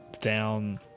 down